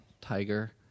tiger